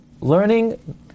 learning